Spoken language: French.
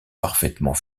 parfaitement